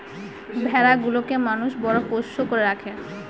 ভেড়া গুলোকে মানুষ বড় পোষ্য করে রাখে